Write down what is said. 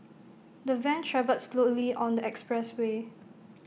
the van travelled slowly on the expressway